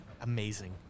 amazing